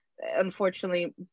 unfortunately